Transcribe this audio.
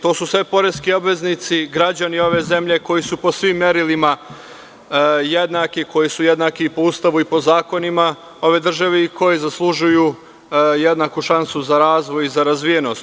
To su sve poreski obveznici, građani ove zemlje koji su po svim merilima jednaki, koji su jednaki po Ustavu i po zakonima ove države i koji zaslužuju jednaku šansu za razvoj i razvijenost.